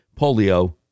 polio